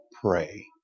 pray